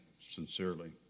sincerely